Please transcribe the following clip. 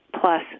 plus